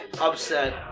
upset